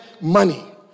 money